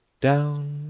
down